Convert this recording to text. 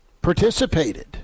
participated